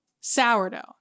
sourdough